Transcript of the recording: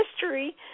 history